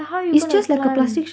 then how you gonna climb